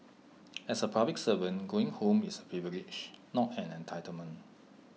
as A public servant going home is A privilege not an entitlement